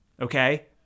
Okay